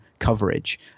Coverage